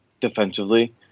defensively